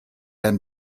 than